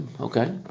Okay